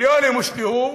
מיליונים הושקעו